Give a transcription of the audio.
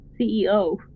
CEO